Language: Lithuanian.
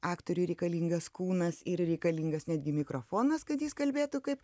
aktoriui reikalingas kūnas ir reikalingas netgi mikrofonas kad jis kalbėtų kaip